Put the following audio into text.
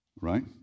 right